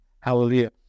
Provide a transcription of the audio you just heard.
Hallelujah